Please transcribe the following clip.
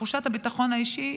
ותחושת הביטחון האישי,